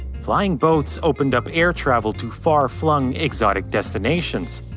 flying boats opened up air travel to far flung exotic destinations.